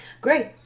Great